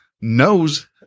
knows